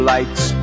Lights